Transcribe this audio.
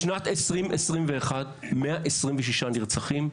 בשנת 2021 היו 126 נרצחים,